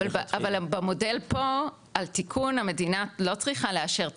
אבל במודל פה, התיקון המדינה לא צריכה לאשר תקציב,